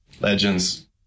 Legends